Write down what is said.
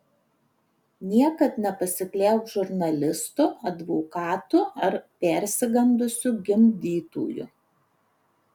niekad nepasikliauk žurnalistu advokatu ar persigandusiu gimdytoju